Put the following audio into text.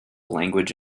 language